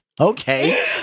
Okay